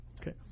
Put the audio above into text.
Okay